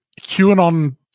QAnon